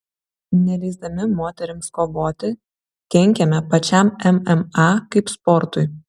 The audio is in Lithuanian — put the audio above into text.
neleisdami moterims kovoti kenkiame pačiam mma kaip sportui